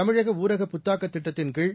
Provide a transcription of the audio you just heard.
தமிழக ஊரக புத்தாக்க திட்டத்தின்கீழ்